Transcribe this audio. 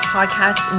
Podcast